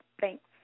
Thanks